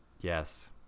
Yes